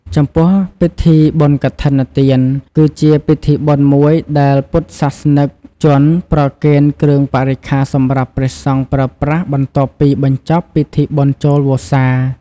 ចំពោះពិធីបុណ្យកឋិនទាន គឺជាពិធីបុណ្យមួយដែលពុទ្ធសាសនិកជនប្រគេនគ្រឿងបរិក្ខារសម្រាប់ព្រះសង្ឃប្រើប្រាស់បន្ទាប់ពីបញ្ចប់ពិធីបុណ្យចូលវស្សា។